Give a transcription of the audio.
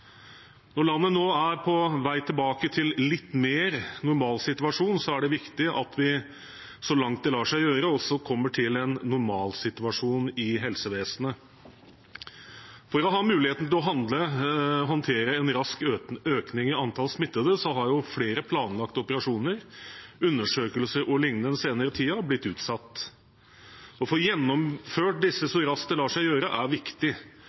Når landet nå er på vei tilbake til en litt mer normal situasjon, er det viktig at de så langt det lar seg gjøre, også kommer til en normalsituasjon i helsevesenet. For å ha muligheten til å håndtere en rask økning i antall smittede har flere planlagte operasjoner, undersøkelser og lignende den senere tiden blitt utsatt. Å få gjennomført disse så raskt det lar seg gjøre, er viktig,